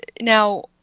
now